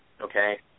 okay